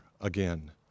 again